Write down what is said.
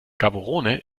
gaborone